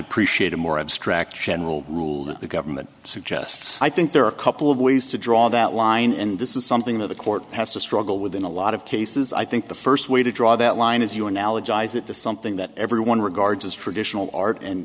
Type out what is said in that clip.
appreciate a more abstract general rule that the government suggests i think there are a couple of ways to draw that line and this is something that the court has to struggle with in a lot of cases i think the first way to draw that line is you analogize it to something that everyone regards as traditional art and